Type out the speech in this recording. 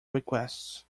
requests